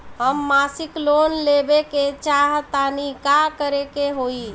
हम मासिक लोन लेवे के चाह तानि का करे के होई?